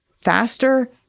faster